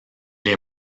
est